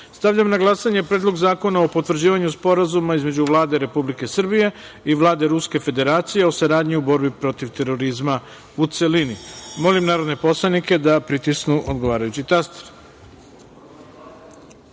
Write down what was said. reda. Stavljam na glasanje Predlog zakona o potvrđivanju Sporazuma između Vlade Republike Srbije i Vlade Ruske Federacije o saradnji u borbi protiv terorizma, u celini. Molim narodne poslanike da pritisnu odgovarajući